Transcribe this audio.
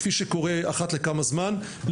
כפי שקורה אחת לכמה זמן,